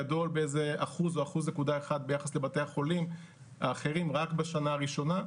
גדול באיזה 1% או 1.1% ביחס לבתי החולים האחרים רק בשנה הראשונה,